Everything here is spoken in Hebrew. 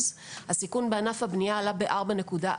הסיכון בענף הבנייה עלה ב-4.4%,